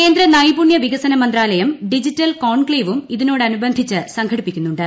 കേന്ദ്ര നൈപുണ്യ വികസന മന്ത്രാലയം ഡിജിറ്റൽ കോൺക്ലേവും ഇതിനോടനുബന്ധിച്ച് സംഘടിപ്പിക്കുന്നുണ്ട്